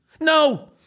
No